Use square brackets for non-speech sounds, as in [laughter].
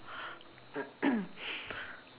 [coughs]